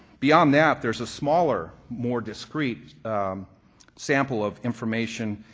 beyond that, there's a smaller, more discrete sample of information